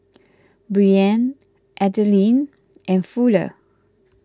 Breann Adilene and Fuller